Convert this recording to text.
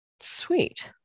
sweet